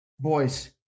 boys